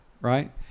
right